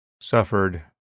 suffered